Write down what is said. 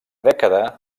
dècada